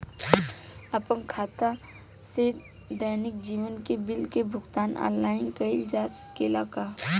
आपन खाता से दैनिक जीवन के बिल के भुगतान आनलाइन कइल जा सकेला का?